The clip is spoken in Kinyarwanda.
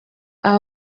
aba